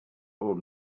old